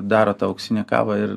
daro tą auksinę kavą ir